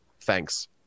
thanks